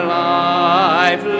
life